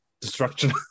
destruction